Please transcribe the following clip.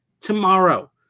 tomorrow